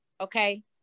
okay